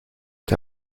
der